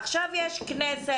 עכשיו יש כנסת.